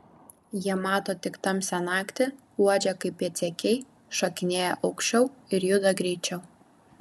jie mato tik tamsią naktį uodžia kaip pėdsekiai šokinėja aukščiau ir juda greičiau